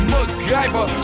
MacGyver